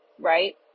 right